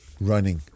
running